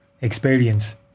experience